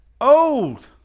Old